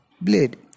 blade